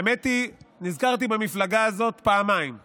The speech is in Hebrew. האמת היא שנזכרתי במפלגה הזאת פעמיים היום,